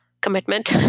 commitment